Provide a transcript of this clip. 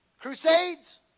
crusades